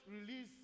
release